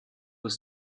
was